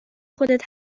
خودت